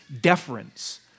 deference